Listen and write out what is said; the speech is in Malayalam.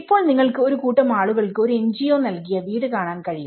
ഇപ്പോൾ നിങ്ങൾക്ക് ഒരു കൂട്ടം ആളുകൾക്ക് ഒരു NGO നൽകിയ വീട് കാണാൻ കഴിയും